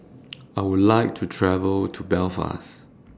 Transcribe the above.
I Would like to travel to Belfast